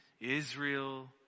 Israel